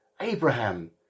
abraham